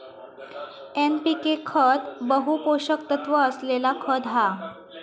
NPK खत बहु पोषक तत्त्व असलेला खत हा